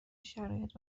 شرایط